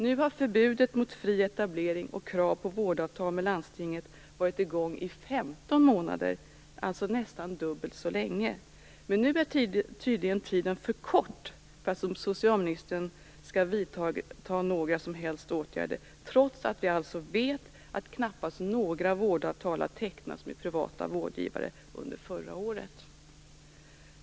Nu har förbudet mot fri etablering och kravet på vårdavtal med landstingen varit i gång i 15 månader, alltså nästan dubbelt så länge. Men nu är tydligen tiden för kort för att socialministern skall vidta några som helst åtgärder, trots att vi alltså vet att knappast några vårdavtal har tecknats med privata vårdgivare under förra året.